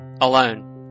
alone